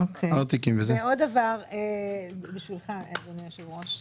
עוד דבר, אדוני היושב-ראש,